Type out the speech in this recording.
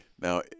Now